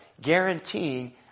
guaranteeing